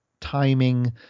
timing